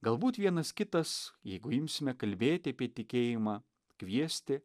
galbūt vienas kitas jeigu imsime kalbėti apie tikėjimą kviesti